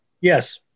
Yes